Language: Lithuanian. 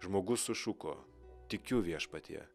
žmogus sušuko tikiu viešpatie